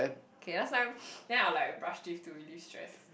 okay last time then I will like brush teeth to release stress